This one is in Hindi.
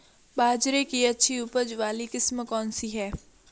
बाजरे की अच्छी उपज वाली किस्म कौनसी है?